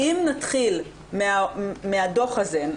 אם נתחיל מהדוח הזה,